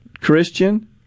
Christian